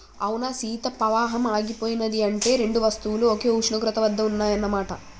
అవునా సీత పవాహం ఆగిపోయినది అంటే రెండు వస్తువులు ఒకే ఉష్ణోగ్రత వద్ద ఉన్నాయన్న మాట